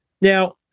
now